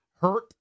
hurt